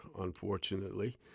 unfortunately